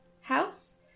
house